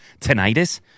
tinnitus